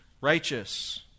righteous